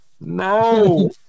no